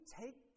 take